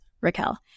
raquel